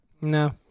No